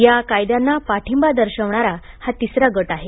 या कायद्यांना पाठिंबा दर्शवणारा हा तिसरा गट आहे